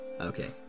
Okay